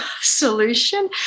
solution